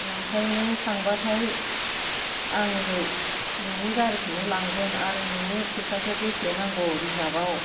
ओमफ्राय नों थांबाथाय आङो नोंनि गारिखौनो लांगोन आरो नोंनो फैसाखौ बेसे नांगौ रिजार्भआव